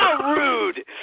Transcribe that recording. rude